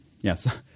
yes